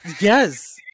Yes